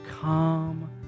come